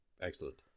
Excellent